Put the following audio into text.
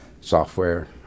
software